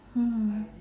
mm